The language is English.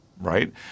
right